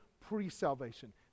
pre-salvation